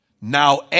Now